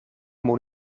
moet